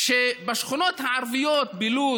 שבשכונות הערביות בלוד,